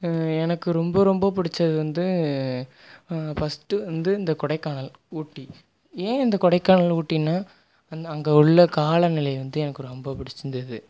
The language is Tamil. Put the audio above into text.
எனக்கு ரொம்ப ரொம்ப பிடிச்சது வந்து ஃபர்ஸ்ட் வந்து இந்த கொடைக்கானல் ஊட்டி ஏன் இந்த கொடைக்கானல் ஊட்டின்னா வந்து அங்கே உள்ள காலநிலை வந்து எனக்கு ரொம்ப பிடிச்சிருந்துது